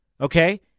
Okay